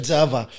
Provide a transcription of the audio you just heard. Java